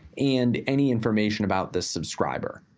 and any information about the subscriber.